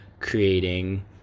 creating